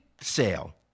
sale